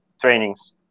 trainings